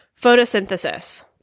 Photosynthesis